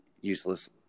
useless